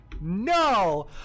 No